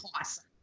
Awesome